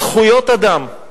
זכויות אדם.